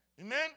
Amen